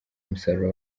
umusaruro